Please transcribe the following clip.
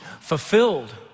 fulfilled